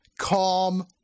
Calm